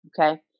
Okay